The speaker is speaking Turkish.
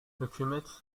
hükümet